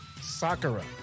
Sakura